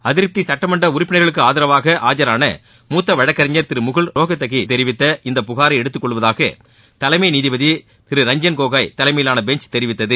அதிருப்தி சுட்டமன்ற உறுப்பினர்களுக்கு ஆதரவாக ஆஜராள மூத்த வழக்கறிஞர் திரு முகுல் ரோஹத்தகி தெரிவித்த இந்த புகாரை எடுத்துக்கொள்வதாக தலைமை நீதிபதி ரஞ்சன் கோகோய் தலைமையிலான பெஞ்ச் தெரிவித்தது